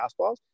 fastballs